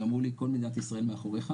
ואמרו לי 'כל מדינת ישראל מאחורייך'